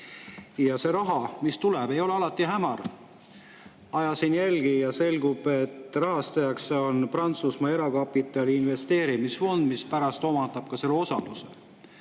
Ja see raha, mis tuleb, ei ole alati hämar. Ajasin jälgi ja selgub, et rahastaja on Prantsusmaa erakapitali investeerimisfond, mis pärast omandab ka osaluse.